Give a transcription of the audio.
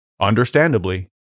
Understandably